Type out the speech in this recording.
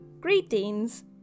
Greetings